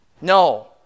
No